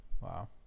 Wow